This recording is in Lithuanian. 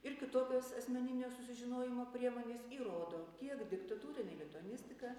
ir kitokios asmeninio susižinojimo priemonės rodo kiek diktatūrinė lituanistika